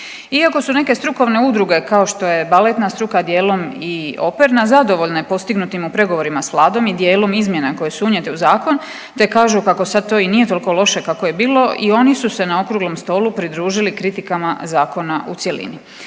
Iako su neke strukovne udruge kao što je baletna dijelom i operna zadovoljne postignutim u pregovorima s vladom i dijelom izmjena koje su unijete u zakon te kažu kako sad to i nije toliko loše kako je bilo i oni su se na okruglom stolu pridružili kritikama zakona u cijeli.